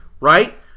right